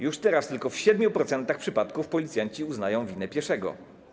Już teraz tylko w 7% przypadków policjanci uznają winę pieszego.